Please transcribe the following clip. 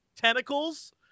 tentacles